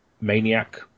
maniac